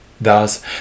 Thus